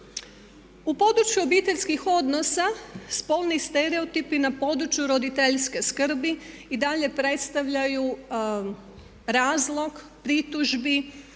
U području obiteljskih odnosa spolni stereotipi na području roditeljske skrbi i dalje predstavljaju razlog pritužbi